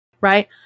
Right